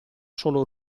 solo